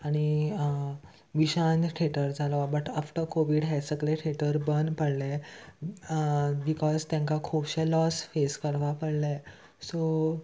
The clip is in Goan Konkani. आनी विशांत थेटर जालो बट आफ्टर कोवीड हें सगलें थिएटर बंद पडले बिकॉज तेंकां खुबशे लॉस फेस करपा पडलें सो